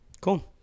Cool